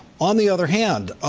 on the other hand,